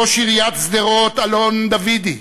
ראש עיריית שדרות אלון דוידי,